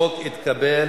הסעיף הראשון נתקבל